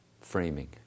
framing